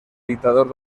dictador